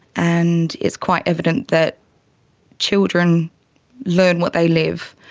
and it's quite evident that children learn what they live.